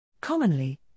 Commonly